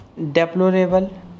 Deplorable